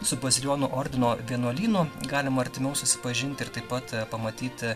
su bazilijonų ordino vienuolynu galima artimiau susipažinti ir taip pat pamatyti